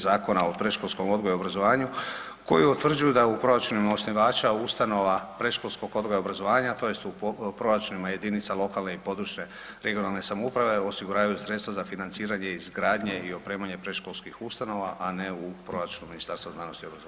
Zakona o predškolskom odgoju i obrazovanju koji utvrđuju da u proračunu osnivača ustanova predškolskog odgoja i obrazovanja tj. u proračunima jedinica lokalne i područne regionalne samouprave osiguravaju sredstva za financiranje izgradnje i opremanje predškolskih ustanova, a ne u proračunu Ministarstva znanosti i obrazovanja.